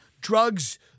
drugs